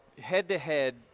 Head-to-head